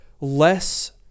less